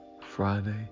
Friday